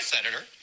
Senator